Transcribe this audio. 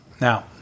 Now